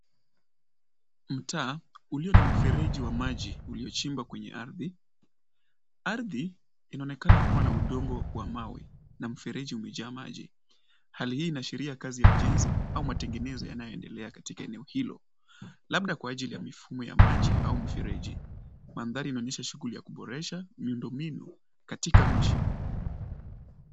Mtaa ulio na mfereji wa maji uliochimbwa kwenye ardhi. Ardhi inaonekana kuwa na udongo wa mawe na mfereji umejaa maji. Hali hii inaashiria kazi ya ujenzi au matengenezo yanayoendelea katika eneo hilo. Labda kwa ajili ya mifumo ya maji au mfereji. Mandhari inaonyesha shughuli ya kuboresha miundombinu katika mji.